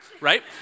right